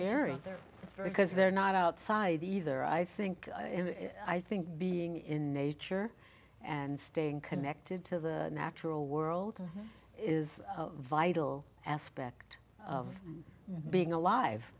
very because they're not outside either i think i think being in nature and staying connected to the natural world is vital aspect of being alive